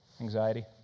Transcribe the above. Anxiety